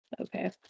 Okay